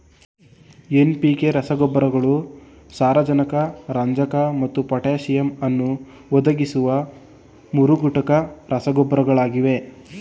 NPK ರಸಗೊಬ್ಬರಗಳು ಸಾರಜನಕ ರಂಜಕ ಮತ್ತು ಪೊಟ್ಯಾಸಿಯಮ್ ಅನ್ನು ಒದಗಿಸುವ ಮೂರುಘಟಕ ರಸಗೊಬ್ಬರಗಳಾಗಿವೆ